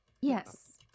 yes